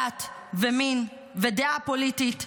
דת ומין ודעה פוליטית,